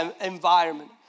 environment